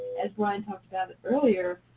as bryan talked about it earlier,